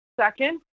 Second